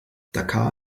dakar